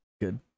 Good